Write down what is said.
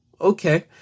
Okay